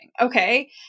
Okay